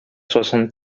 soixante